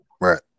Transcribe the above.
right